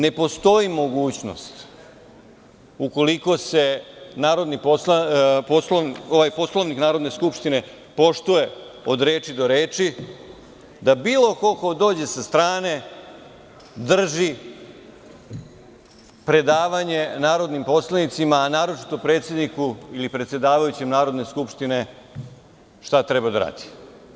Ne postoji mogućnost, ukoliko se Poslovnik Narodne skupštine poštuje od reči do reči, da bilo ko dođe sa strane drži predavanje narodnim poslanicima, a naročito predsedniku ili predsedavajućem Narodne skupštine, šta treba da rade?